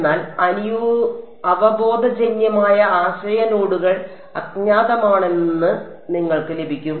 എന്നാൽ അവബോധജന്യമായ ആശയ നോഡുകൾ അജ്ഞാതമാണെന്ന് നിങ്ങൾക്ക് ലഭിക്കും